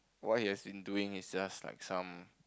what he has been doing is just like some